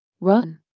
Run